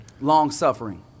Long-suffering